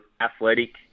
athletic